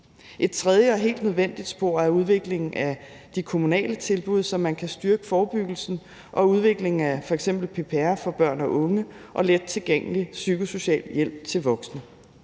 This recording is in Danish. Et tredje og helt nødvendigt spor er udviklingen af de kommunale tilbud, så man kan styrke forebyggelsen, og udviklingen af f.eks. PPR for børn og unge og lettilgængelig psykosocial hjælp til voksne.